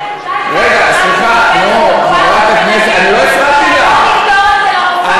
היה לי תור אצל הרופאה שמטפלת בסרטן שלי,